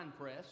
press